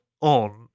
on